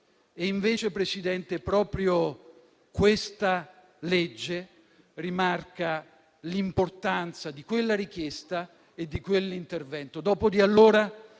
Invece, signor Presidente, proprio questo disegno di legge rimarca l'importanza di quella richiesta e di quell'intervento.